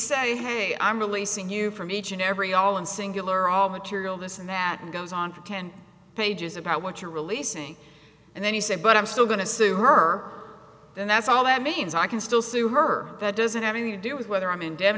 say hey i'm releasing you from each and every all and singular all material this and that and goes on for ten pages about what you're releasing and then he said but i'm still going to sue her then that's all that means i can still see her that doesn't have any to do with whether i'm inde